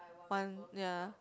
one ya